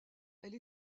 elle